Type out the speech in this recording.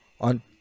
on